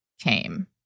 came